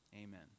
Amen